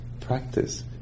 practice